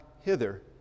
hither